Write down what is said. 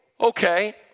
okay